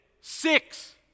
six